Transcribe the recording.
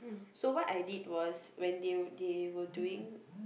so what I did was when they they were doing